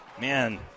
Man